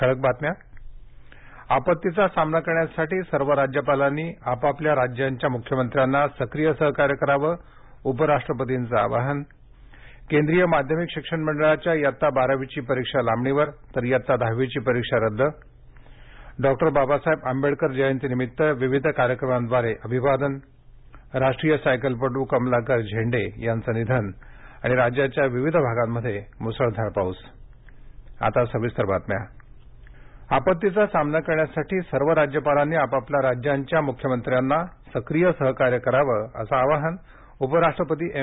ठळक बातम्या आपत्तीचा सामना करण्यासाठी सर्व राज्यपालांनी आपापल्या राज्यांच्या मुख्यमंत्र्यांना सक्रीय सहकार्य करावं असं उपराष्ट्रपतींचं आवाहन केंद्रीय माध्यमिक शिक्षण मंडळाच्या इयत्ता बारावीची परीक्षा लांबणीवर तर इयत्ता दहावीची परीक्षा रद्द डॉक्टर बाबासाहेब आंबडेकर जयंतीनिमित्त विविध कार्यक्रमांद्वारे अभिवादन राष्ट्रीय सायकलपटू कमलाकर झेंडे यांचं निधन आणि राज्याच्या विविध भागांमध्ये मुसळधार पाऊस राज्यपालांबरोबर विचारमंथन आपत्तीचा सामना करण्यासाठी सर्व राज्यपालांनी आपापल्या राज्यांच्या मुख्यमंत्र्यांना सक्रीय सहकार्य करावं असं आवाहन उपराष्ट्रपती एम